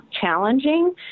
challenging